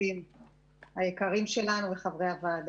השותפים היקרים שלנו וחברי הוועדה.